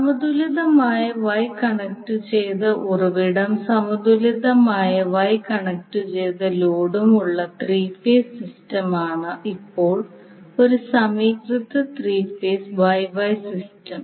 സമതുലിതമായ Y കണക്റ്റുചെയ്ത ഉറവിടവും സമതുലിതമായ Y കണക്റ്റുചെയ്ത ലോഡും ഉള്ള ത്രീ ഫേസ് സിസ്റ്റമാണ് ഇപ്പോൾ ഒരു സമീകൃത ത്രീ ഫേസ് YY സിസ്റ്റം